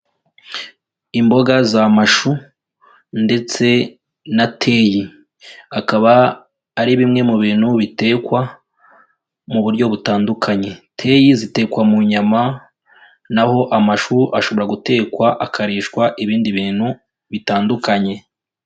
Imboga z'amashu ndetse na teyi. Akaba ari bimwe mu bintu bitekwa mu buryo butandukanye. Teyi zitekwa mu nyama, naho amashu ashobora gutekwa, akarishwa ibindi bintu bitandukanye.